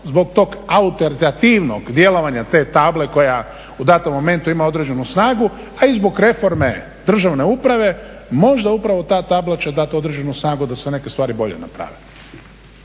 zbog tog autoritativnog djelovanja te table koja u datom momentu ima određenu snagu, a i zbog reforme državne uprave možda upravo ta tabla će dati određenu snagu da se neke stvari bolje naprave.